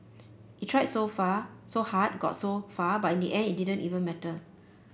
it tried so far so hard got so far but in the end it didn't even matter